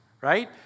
right